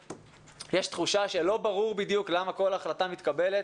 יש תחושה שלא ברור בדיוק למה כל החלטה מתקבלת.